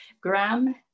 Graham